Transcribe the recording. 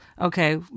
okay